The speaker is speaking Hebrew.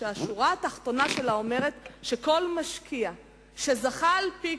שהשורה התחתונה שלה אומרת שכל משקיע שזכה על-פי